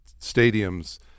stadiums